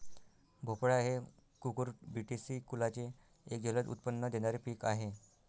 भोपळा हे कुकुरबिटेसी कुलाचे एक जलद उत्पन्न देणारे पीक आहे